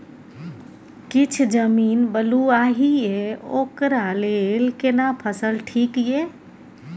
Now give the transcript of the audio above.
किछ जमीन बलुआही ये ओकरा लेल केना फसल ठीक ये?